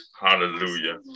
hallelujah